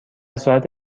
صورت